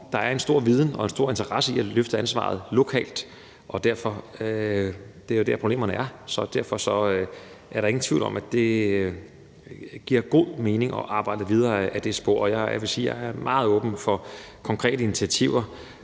der er en stor viden om og en stor interesse i at løfte ansvaret lokalt – det er jo der, problemerne er – så derfor er der ingen tvivl om, at det giver god mening at arbejde videre ad det spor. Jeg vil sige, at jeg er meget åben for konkrete initiativer